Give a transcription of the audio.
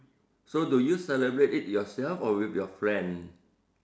so do you celebrate it yourself or with your friends